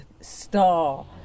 Star